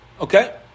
Okay